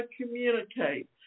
communicate